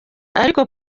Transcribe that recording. ariko